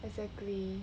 exactly